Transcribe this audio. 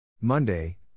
Monday